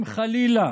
אם חלילה